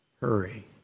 hurry